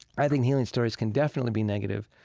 i think healing stories can definitely be negative.